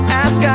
ask